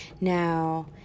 Now